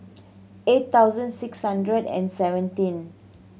eight thousand six hundred and seventeen